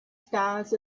stars